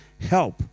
help